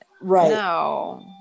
right